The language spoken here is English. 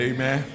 Amen